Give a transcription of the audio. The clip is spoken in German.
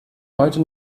heute